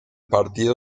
partido